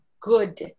good